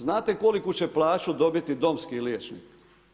Znate koliko će plaću dobiti domski liječnik?